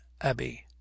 abbey